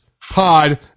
pod